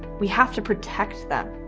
we have to protect them.